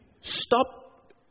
stop